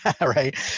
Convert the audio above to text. right